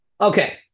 Okay